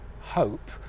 hope